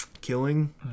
killing